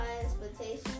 expectations